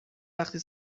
وقتی